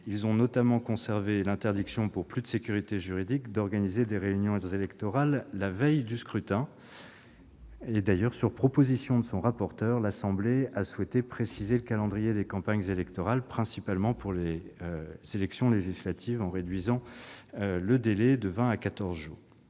Ils ont notamment conservé l'interdiction, pour plus de sécurité juridique, d'organiser des réunions électorales la veille du scrutin. Sur proposition de son rapporteur, l'Assemblée nationale a souhaité préciser le calendrier des campagnes électorales, principalement pour les élections législatives, en en réduisant le délai de vingt à quatorze